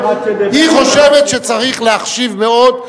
היא חושבת שצריך להחשיב מאוד,